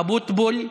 אבוטבול,